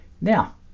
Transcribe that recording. Now